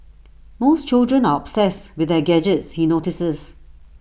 most children are obsessed with their gadgets he notices